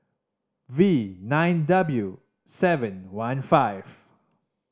V nine W seven one five